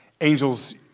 angels